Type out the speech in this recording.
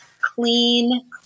clean